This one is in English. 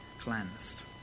cleansed